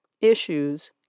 Issues